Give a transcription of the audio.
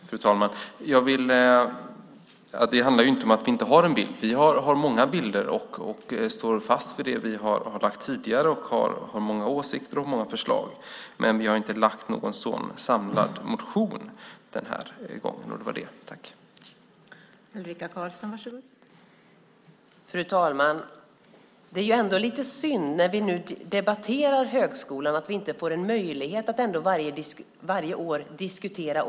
Fru talman! Det handlar inte om att vi inte har en bild. Vi har många bilder och står fast vid det vi har lagt fram tidigare, och vi har många åsikter och många förslag. Men vi har inte lagt fram någon motion den här gången. Det var det som jag ville säga.